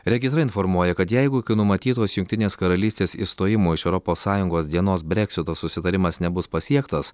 regitra informuoja kad jeigu iki numatytos jungtinės karalystės išstojimo iš europos sąjungos dienos breksito susitarimas nebus pasiektas